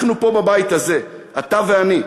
אנחנו פה בבית הזה, אתה ואני.